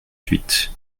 huit